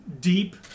deep